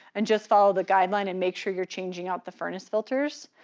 and just follow the guideline and make sure you're changing out the furnace filters,